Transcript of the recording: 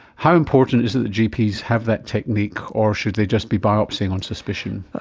how important is it that gps have that technique, or should they just be biopsying on suspicion?